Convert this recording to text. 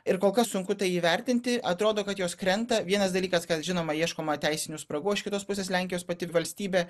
ir kol kas sunku tai įvertinti atrodo kad jos krenta vienas dalykas kad žinoma ieškoma teisinių spragų o iš kitos pusės lenkijos pati valstybė